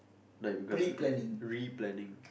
like because of replanning